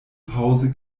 pause